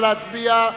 נא להצביע.